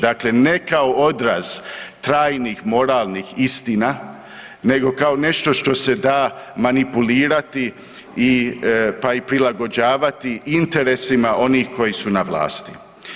Dakle, ne kao odraz trajnih moralnih istina nego kao nešto što se da manipulirati, pa i prilagođavati interesima onih koji su na vlasti.